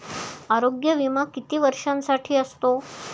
आरोग्य विमा किती वर्षांसाठी असतो?